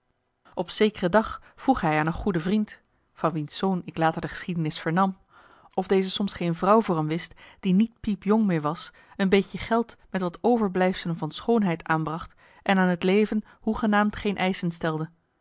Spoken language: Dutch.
op zekere dag vroeg hij aan een goede vriend marcellus emants een nagelaten bekentenis van wiens zoon ik later de geschiedenis vernam of deze soms geen vrouw voor hem wist die niet piepjong meer was een beetje geld met wat overblijfselen van schoonheid aanbracht en aan het leven hoegenaamd geen eischen stelde